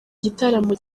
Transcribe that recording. gitaramo